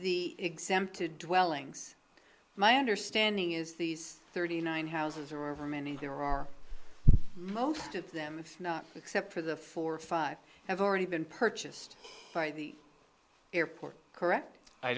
the exempted dwellings my understanding is these thirty nine houses there are many there are most of them except for the four or five have already been purchased by the airport correct i